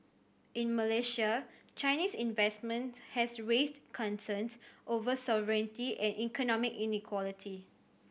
in Malaysia Chinese investment has raised concerns over sovereignty and economic inequality